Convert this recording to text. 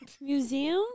Museum